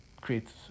creates